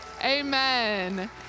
Amen